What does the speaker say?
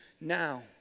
now